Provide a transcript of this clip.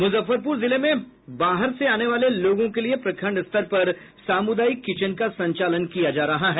मुजफ्फरपुर जिले में बाहर से आने वाले लोगों के लिये प्रखंड स्तर पर सामुदायिक किचेन का संचालन किया जा रहा है